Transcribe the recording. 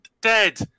dead